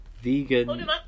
vegan